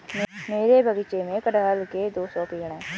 मेरे बगीचे में कठहल के दो सौ पेड़ है